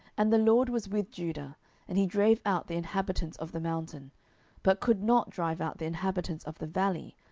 and the lord was with judah and he drave out the inhabitants of the mountain but could not drive out the inhabitants of the valley,